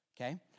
Okay